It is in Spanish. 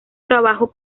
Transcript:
trabajo